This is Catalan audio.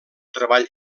treball